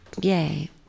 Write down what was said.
Yay